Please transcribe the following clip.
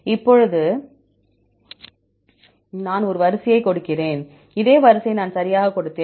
இப்போது நான் ஒரு வரிசையைக் கொடுக்கிறேன் அதே வரிசையை நான் சரியாகக் கொடுத்தேன்